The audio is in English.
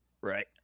right